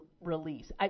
release